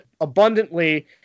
abundantly